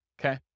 okay